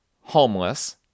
homeless